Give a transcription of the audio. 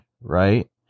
right